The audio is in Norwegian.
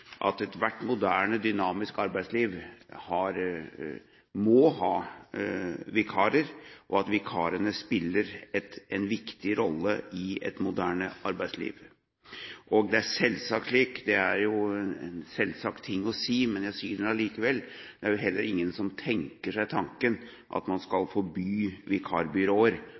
at ethvert moderne, dynamisk arbeidsliv må ha vikarer, og vikarene spiller en viktig rolle i et moderne arbeidsliv. Det er en selvsagt ting å si, men jeg sier det likevel: Det er ingen som tenker tanken å forby vikarbyråer